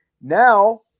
now